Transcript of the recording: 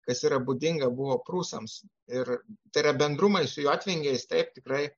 kas yra būdinga buvo prūsams ir tai yra bendrumai su jotvingiais taip tikrai